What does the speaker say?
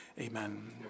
Amen